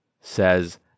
says